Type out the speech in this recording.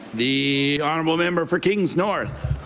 the honourable member for kings north.